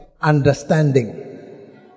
understanding